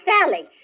Sally